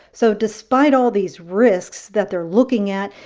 so despite all these risks that they're looking at,